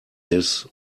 this